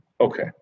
Okay